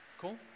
Cool